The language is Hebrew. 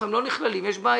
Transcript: כשהם לא נכללים, יש בעיה.